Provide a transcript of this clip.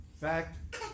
fact